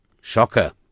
Shocker